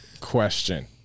question